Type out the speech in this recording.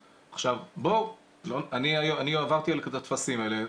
אני עברתי על הטפסים האלה,